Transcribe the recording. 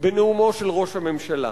בנאומו של ראש הממשלה.